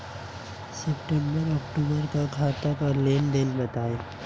सितंबर अक्तूबर का खाते का लेनदेन बताएं